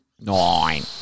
nine